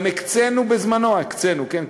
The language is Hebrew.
גם הקצינו בזמנו, הקצינו, כן?